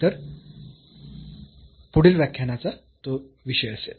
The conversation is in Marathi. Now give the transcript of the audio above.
तर पुढील व्याख्यानाचा तो विषय असेल